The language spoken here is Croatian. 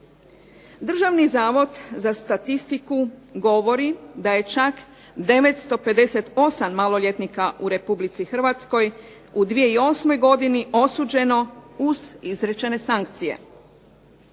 Državni zavod za statistiku govori da je čak 958 maloljetnika u Republici Hrvatskoj u 2008. godini osuđeno uz izrečene sankcije.